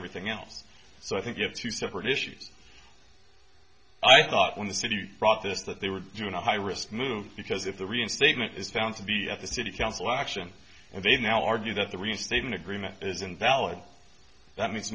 everything else so i think you have two separate issues i thought when the city brought this that they were doing a high risk move because if the reinstatement is found to be at the city council action and they now argue that the reinstatement agreement is invalid that m